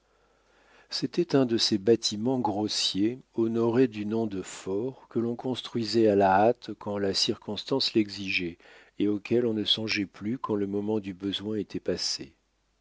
c'était un de ces bâtiments grossiers honorés du nom de forts que l'on construisait à la hâte quand la circonstance l'exigeait et auxquels on ne songeait plus quand le moment du besoin était passé